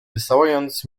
wysyłając